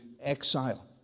exile